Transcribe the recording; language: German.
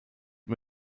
mir